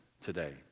today